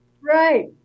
Right